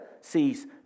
sees